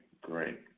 great